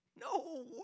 no